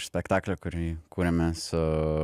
iš spektaklio kurį kūrėme su